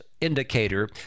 indicator